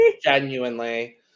Genuinely